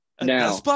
Now